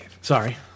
Sorry